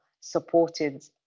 supported